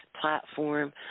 platform